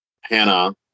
Hannah